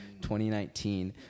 2019